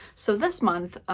so this month,